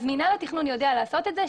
אז מינהל התכנון יודע לעשות את זה,